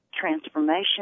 transformation